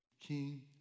king